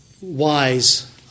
wise